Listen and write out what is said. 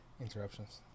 Interruptions